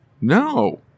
No